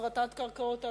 הפרטת קרקעות הלאום.